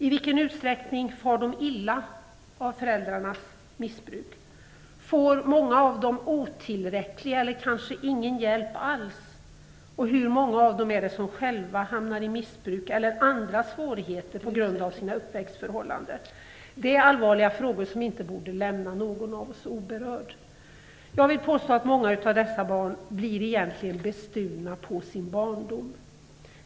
I vilken utsträckning far de illa av föräldrarnas missbruk? Får många av dem otillräcklig hjälp eller kanske ingen hjälp alls? Hur många av dem hamnar själva i missbruk eller i andra svårigheter på grund av sina uppväxtförhållanden? Dessa frågor är allvarliga och de borde inte lämna någon av oss oberörd. Jag vill påstå att många av dessa barn blir bestulna på sin barndom.